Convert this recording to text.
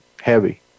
heavy